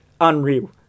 unreal